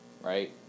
right